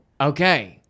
okay